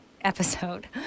episode